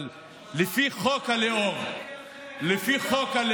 אבל לפי חוק הלאום,